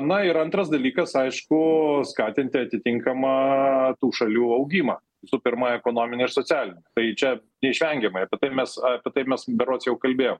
na ir antras dalykas aišku skatinti atitinkamą tų šalių augimą visų pirma ekonominį ir socialinį tai čia neišvengiamai apie tai męs apie tai mes berods jau kalbėjom